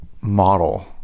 model